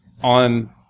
on